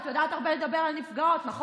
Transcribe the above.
את יודעת לדבר הרבה על נפגעות, נכון?